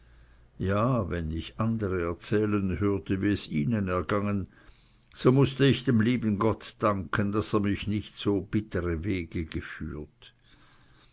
ja wenn ich seitdem andere erzählen hörte wie es ihnen ergangen so muß ich dem lieben gott danken daß er mich nicht so bittere wege geführt